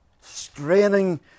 straining